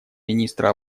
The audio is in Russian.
министра